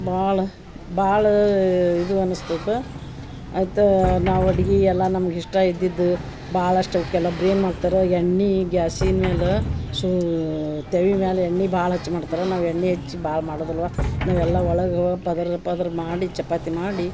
ಭಾಳ ಭಾಳಾ ಇದು ಅನಸ್ತತ ಆಯಿತ ನಾವು ಅಡ್ಗಿ ಎಲ್ಲ ನಮ್ಗ ಇಷ್ಟ ಇದ್ದಿದ್ದು ಭಾಳಷ್ಟ್ ಅವ್ಕೆಲ್ಲ ಬ್ರೇಮ್ ಹಾಕ್ತರ ಎಣ್ಣೆ ಗ್ಯಾಸಿನ ಮೇಲ ಸೂ ತೆವಿ ಮ್ಯಾಲ ಎಣ್ಣೆ ಭಾಳ್ ಹಚ್ಚಿ ಮಾಡ್ತರ ನಾವು ಎಣ್ಣೆ ಹಚ್ಚಿ ಭಾಳ್ ಮಾಡುದಿಲ್ಲವಾ ನಾವೆಲ್ಲ ಒಳಗೆ ಪದರ ಪದರ ಮಾಡಿ ಚಪಾತಿ ಮಾಡಿ